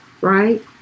right